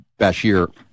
Bashir